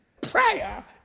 Prayer